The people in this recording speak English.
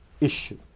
issue